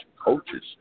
coaches